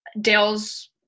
Dale's